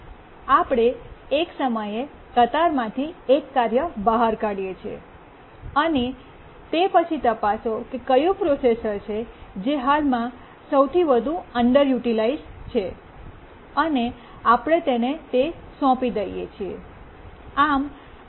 આપણે એક સમયે કતારમાંથી એક કાર્ય બહાર કાઢીએ છીએ અને તે પછી તપાસો કે કયું પ્રોસેસર છે જે હાલમાં સૌથી વધુ અંડરયુટિલાઇઝ છે અને આપણે તેને તે સોંપીએ છીએ